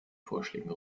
vorschlägen